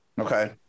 Okay